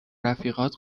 رفیقات